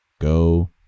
Go